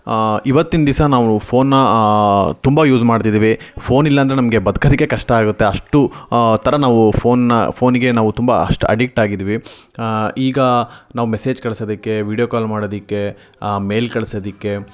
ಇವತ್ತಿನ ದಿವಸ ನಾವು ಫೋನ್ನ ತುಂಬ ಯೂಸ್ ಮಾಡ್ತಿದ್ದೀವಿ ಫೋನಿಲ್ಲಾಂದ್ರೆ ನಮಗೆ ಬದ್ಕೋದಕ್ಕೆ ಕಷ್ಟ ಆಗುತ್ತೆ ಅಷ್ಟು ಥರ ನಾವು ಫೋನ್ನಾ ಫೋನಿಗೆ ನಾವು ತುಂಬ ಅಷ್ಟು ಅಡಿಕ್ಟ್ ಆಗಿದ್ದೀವಿ ಈಗ ನಾವು ಮೆಸೇಜ್ ಕಳಿಸೋದಕ್ಕೆ ವಿಡಿಯೋ ಕಾಲ್ ಮಾಡೋದಕ್ಕೆ ಮೇಲೆ ಕಳಿಸೋದಕ್ಕೆ